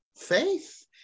faith